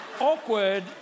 Awkward